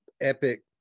epic